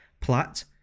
Platt